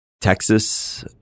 Texas